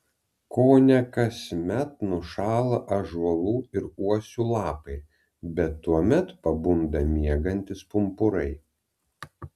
kone kasmet nušąla ąžuolų ir uosių lapai bet tuomet pabunda miegantys pumpurai